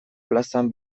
plazan